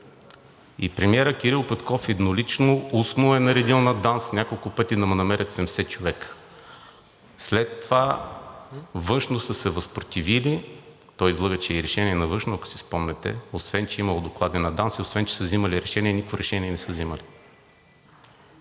И премиерът Кирил Петков еднолично, устно е наредил на ДАНС няколко пъти да му намерят 70 човека. След това Външно са се възпротивили – той излъга, че е и решение на Външно, ако си спомняте, освен че е имало доклади на ДАНС и освен че са взимали решение – никакво решение не са взимали.